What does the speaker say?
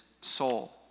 soul